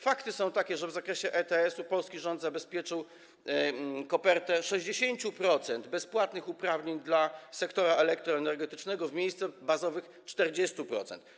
Fakty są takie, że w zakresie ETS polski rząd zabezpieczył kopertę 60% bezpłatnych uprawnień dla sektora elektroenergetycznego w miejsce bazowych 40%.